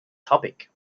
topic